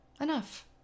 enough